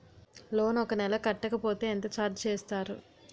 Loan ఒక నెల కట్టకపోతే ఎంత ఛార్జ్ చేస్తారు?